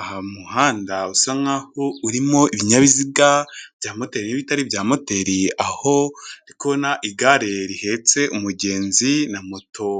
Aha muhanda usa nk'aho urimo ibinyabiziga bya moteri n'ibitari bya moteri, aho ndikubona igare rihetse umugenzi na moto.